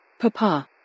Papa